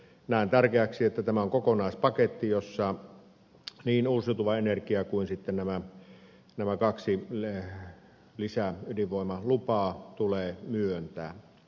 näen tärkeäksi että tämä on kokonaispaketti jossa niin uusiutuva energia kuin sitten nämä kaksi lisäydinvoimalupaa tulee myöntää